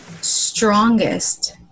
strongest